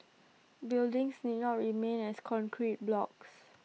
buildings need not remain as concrete blocks